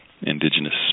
indigenous